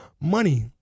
money